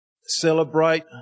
celebrate